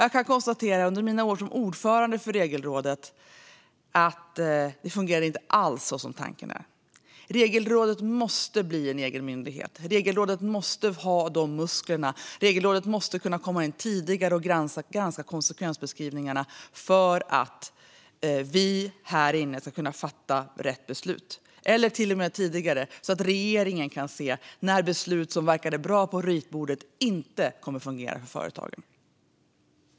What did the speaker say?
Jag kan konstatera att under mina år som ordförande för Regelrådet fungerade det inte så som det var tänkt. Regelrådet måste bli en egen myndighet, och Regelrådet måste kunna komma in tidigare och granska konsekvensbeskrivningarna för att vi här i kammaren ska kunna fatta rätt beslut - eller till och med tidigare så att regeringen kan se när beslut som verkade bra på ritbordet inte kommer att fungera för företagen.